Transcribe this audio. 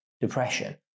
depression